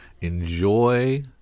enjoy